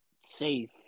safe